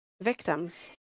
victims